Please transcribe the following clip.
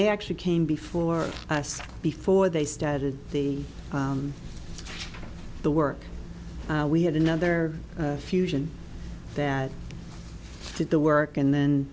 they actually came before us before they started the the work we had another fusion that did the work and then